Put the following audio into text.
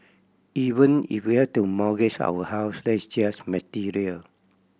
even if we had to mortgage our house that's just material